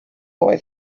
boy